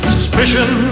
Suspicion